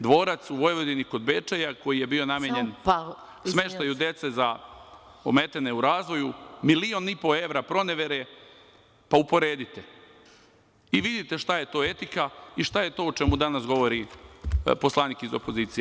Dvorac u Vojvodini, kod Bečeja, koji je bio namenjen smeštaju dece ometene u razvoju, milion i po evra pronevere, pa uporedite i vidite šta je to etika, i šta je to o čemu danas govori poslanik iz opozicije.